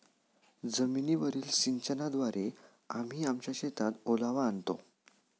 जमीनीवरील सिंचनाद्वारे आम्ही आमच्या शेतात ओलावा आणतो